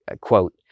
quote